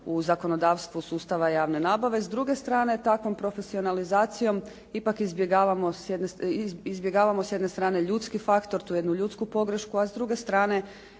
u zakonodavstvu sustava javne nabave. S druge strane, takvom profesionalizacijom ipak izbjegavamo s jedne strane ljudski faktor, tu jednu ljudsku pogrešku, a s druge strane